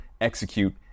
execute